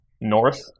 north